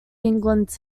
england